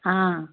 हाँ